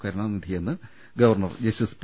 കരുണാ നിധിയെന്ന് governor justice P